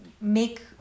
make